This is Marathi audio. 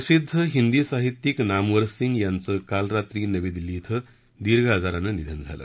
प्रसिद्ध हिंदी साहित्यीक नामवर सिंग यांचं काल रात्री नवी दिल्ली दीर्घ आजारानं क्वे निधन झालं